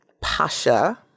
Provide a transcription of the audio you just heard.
Pasha